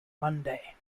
monday